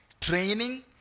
training